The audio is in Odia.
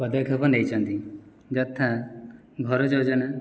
ପଦକ୍ଷେପ ନେଇଛନ୍ତି ଯଥା ଘର ଯୋଜନା